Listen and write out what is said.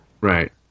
Right